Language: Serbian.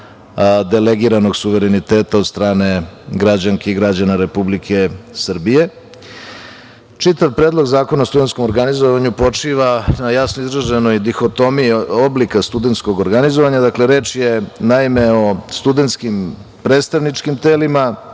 delegiranog suvereniteta od strane građanki i građana Republike Srbije. Čitav predlog Zakona o studentskom organizovanju počiva na jasno izraženoj dihotomiji oblika studentskog organizovanja. Reč je naime, o studentskim predstavničkim telima